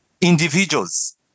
individuals